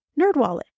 Nerdwallet